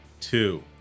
Two